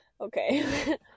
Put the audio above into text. okay